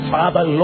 Father